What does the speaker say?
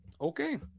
Okay